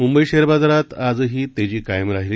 Mumbai share बाजारात आजही तेजी कायम राहिली